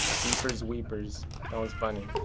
ah jeepers weepers. that was funny.